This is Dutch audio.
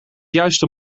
juiste